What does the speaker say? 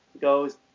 goes